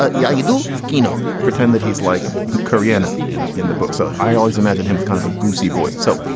ah yeah, you do kino pretend that he's like korean in in the book. so i always imagine him as kind of a goofy voice. so